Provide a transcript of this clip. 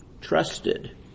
trusted